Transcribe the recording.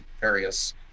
various